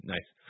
Nice